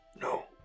No